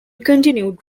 continued